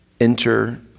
enter